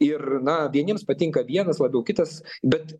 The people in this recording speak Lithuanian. ir na vieniems patinka vienas labiau kitas bet